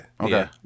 Okay